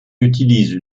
utilise